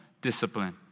discipline